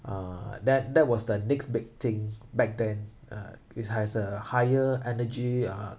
uh that that was the next big thing back then uh its has a higher energy uh